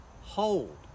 hold